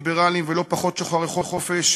ואנחנו לא פחות ליברליים ולא פחות שוחרי חופש,